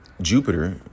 Jupiter